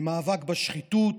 למאבק בשחיתות,